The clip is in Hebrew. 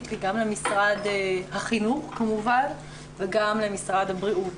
גם למשרד החינוך כמובן וגם למשרד הבריאות.